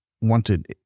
wanted